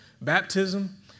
Baptism